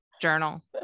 Journal